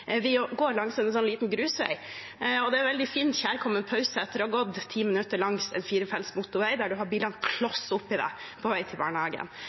langs en liten grusvei, og det er en veldig fin og kjærkommen pause etter å ha gått 10 minutter langs en firefelts motorvei, der en har bilene kloss oppi seg, på vei til barnehagen.